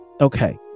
okay